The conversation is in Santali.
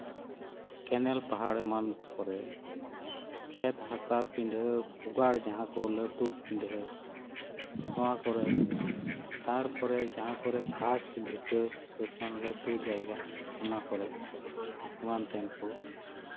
ᱠᱮᱱᱮᱞ ᱯᱟᱦᱟᱲ ᱮᱢᱟᱱ ᱠᱚᱨᱮ ᱠᱷᱮᱛᱼᱦᱟᱥᱟ ᱯᱤᱸᱰᱷᱟᱹ ᱩᱜᱷᱟᱲ ᱡᱟᱦᱟᱸ ᱫᱚ ᱞᱟᱴᱩ ᱯᱤᱸᱰᱷᱟᱹ ᱱᱚᱣᱟ ᱠᱚᱨᱮ ᱛᱟᱨᱯᱚᱨᱮ ᱡᱟᱦᱟᱸ ᱠᱚᱨᱮ ᱠᱷᱟᱥ ᱵᱷᱤᱴᱟᱹ ᱞᱟᱴᱩ ᱡᱟᱭᱜᱟ ᱚᱱᱟ ᱠᱚᱨᱮ ᱮᱢᱟᱱᱛᱮᱱ ᱠᱚ